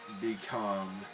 become